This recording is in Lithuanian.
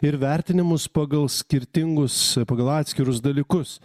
ir vertinimus pagal skirtingus pagal atskirus dalykus